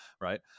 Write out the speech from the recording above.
right